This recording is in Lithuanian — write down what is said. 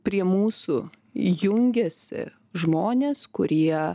prie mūsų jungiasi žmonės kurie